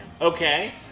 Okay